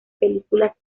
películas